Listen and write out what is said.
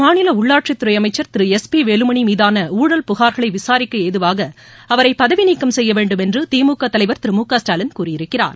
மாநில உள்ளாட்சித்துறை அமைச்சர் திரு எஸ் பி வேலுமணி மீதான ஊழல் புகா்களை விசாரிக்க ஏதுவாக அவரை பதவீநீக்கம் செய்ய வேண்டுமென்று திமுக தலைவர் திரு மு க ஸ்டாலின் கூறியிருக்கிறார்